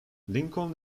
lincoln